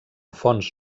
fonts